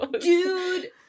dude